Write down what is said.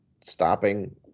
stopping